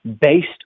based